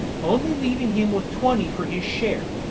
only leaving him with twenty for his share.